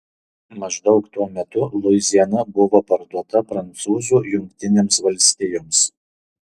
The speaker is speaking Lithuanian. maždaug tuo metu luiziana buvo parduota prancūzų jungtinėms valstijoms